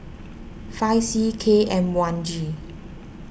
five C K M one G